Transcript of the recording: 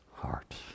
heart